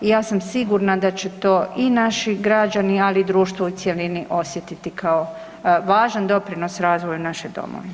I ja sam sigurna da će to i naši građani ali i društvo u cjelini osjetiti kao važan doprinos razvoju naše Domovine.